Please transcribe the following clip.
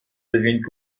deviennent